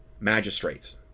magistrates